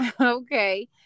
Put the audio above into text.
Okay